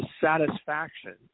satisfaction